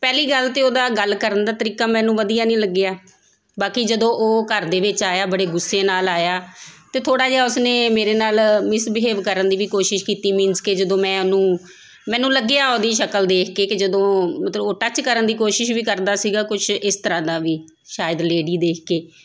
ਪਹਿਲੀ ਗੱਲ ਤਾਂ ਉਹਦਾ ਗੱਲ ਕਰਨ ਦਾ ਤਰੀਕਾ ਮੈਨੂੰ ਵਧੀਆ ਨਹੀਂ ਲੱਗਿਆ ਬਾਕੀ ਜਦੋਂ ਉਹ ਘਰ ਦੇ ਵਿੱਚ ਆਇਆ ਬੜੇ ਗੁੱਸੇ ਨਾਲ ਆਇਆ ਅਤੇ ਥੋੜ੍ਹਾ ਜਿਹਾ ਉਸਨੇ ਮੇਰੇ ਨਾਲ ਮਿਸਬਿਹੇਵ ਕਰਨ ਦੀ ਵੀ ਕੋਸ਼ਿਸ਼ ਕੀਤੀ ਮੀਨਸ ਕਿ ਜਦੋਂ ਮੈਂ ਉਹਨੂੰ ਮੈਨੂੰ ਲੱਗਿਆ ਉਹਦੀ ਸ਼ਕਲ ਦੇਖ ਕੇ ਕਿ ਜਦੋਂ ਮਤਲਬ ਉਹ ਟੱਚ ਕਰਨ ਦੀ ਕੋਸ਼ਿਸ਼ ਵੀ ਕਰਦਾ ਸੀਗਾ ਕੁਛ ਇਸ ਤਰ੍ਹਾਂ ਦਾ ਵੀ ਸ਼ਾਇਦ ਲੇਡੀ ਦੇਖ ਕੇ